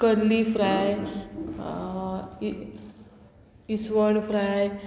कल्ली फ्राय इसवण फ्राय